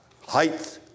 height